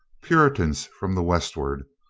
puritans from the west ward,